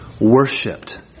worshipped